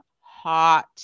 hot